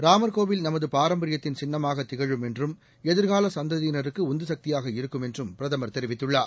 ராமர் கோவில் நமது பாரம்பரியத்தின் சின்னமாக திகழும் என்றும் எதிர்கால சந்ததியினருக்கு உந்துசக்தியாக இருக்கும் என்றும் பிரதமர் தெரிவித்துள்ளார்